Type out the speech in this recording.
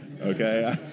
Okay